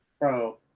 Bro